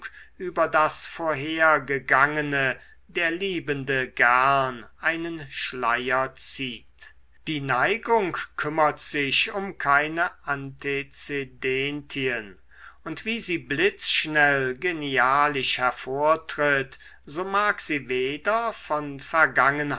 über das vorhergegangene der liebende gern einen schleier zieht die neigung kümmert sich um keine antezedentien und wie sie blitzschnell genialisch hervortritt so mag sie weder von vergangenheit